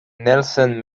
nelson